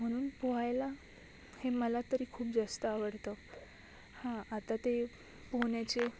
म्हनून पोहायला हे मला तरी खूप जास्त आवडतं हां आता ते पोहण्याचे